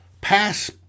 pass-